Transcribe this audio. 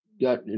got